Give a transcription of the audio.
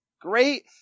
great